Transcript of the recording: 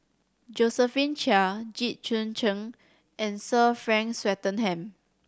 Josephine Chia Jit Koon Ch'ng and Sir Frank Swettenham